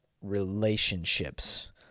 relationships